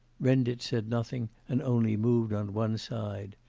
renditch said nothing and only moved on one side.